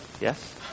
Yes